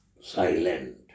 silent